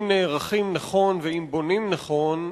אם נערכים נכון ואם בונים נכון,